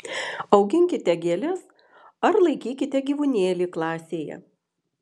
auginkite gėles ar laikykite gyvūnėlį klasėje